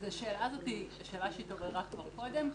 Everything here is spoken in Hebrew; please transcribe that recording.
השאלה הזאת זו שאלה שהתעוררה כבר קודם.